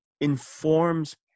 informs